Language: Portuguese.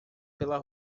pela